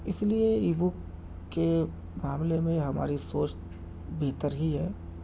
اس لئے ebook کے معاملے میں ہماری سوچ بہتر ہی ہے